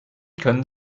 können